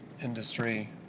industry